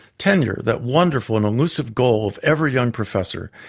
tenure, that wonderful and elusive goal of every young professor,